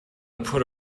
put